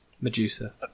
Medusa